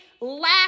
lack